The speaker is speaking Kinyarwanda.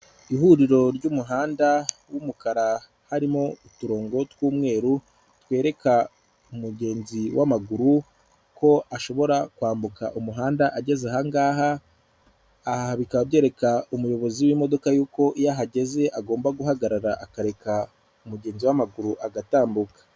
Ihuriro ry'umuhanda w'umukara harimo uturongo tw'umweru twereka umugezi w'amaguru ko ashobora kwambuka umuhanda ageze ahangaha. Aha bikaba byereka umuyobozi w'imodoka yuko iyo ahageze agomba guhagarara akareka umugenzi w'amaguru agatambuka.